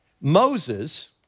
Moses